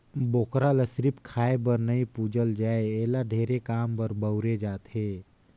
बोकरा ल सिरिफ खाए बर नइ पूजल जाए एला ढेरे काम बर बउरे जाथे